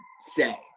say